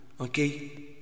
Okay